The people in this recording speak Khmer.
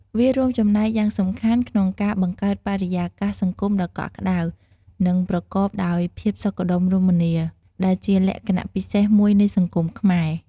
វារួមចំណែកយ៉ាងសំខាន់ក្នុងការបង្កើតបរិយាកាសសង្គមដ៏កក់ក្តៅ និងប្រកបដោយភាពសុខដុមរមនា ដែលជាលក្ខណៈពិសេសមួយនៃសង្គមខ្មែរ។